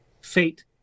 Fate